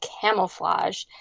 camouflage